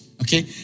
Okay